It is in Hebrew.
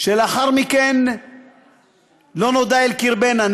שלאחר מכן לא נודע כי בא אל קרבנה,